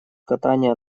катание